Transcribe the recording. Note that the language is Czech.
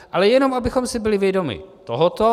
Ale jenom abychom si byli vědomi tohoto.